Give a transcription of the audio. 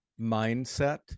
mindset